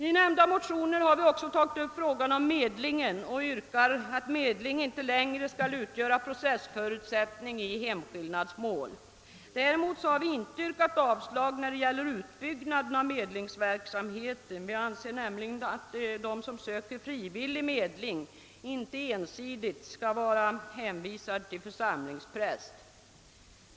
I nämnda motioner har vi också tagit upp frågan om medlingen och yrkar att medling inte längre skall utgöra processförutsättning i hemskillnadsmål. Däremot har vi inte yrkat avslag när det gäller utbyggnaden av medlingsverksamheten. Vi anser nämligen att de som söker frivillig medling inte ensidigt skall vara hänvisade till församlingspräst.